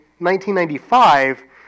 1995